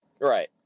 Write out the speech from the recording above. Right